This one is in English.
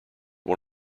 one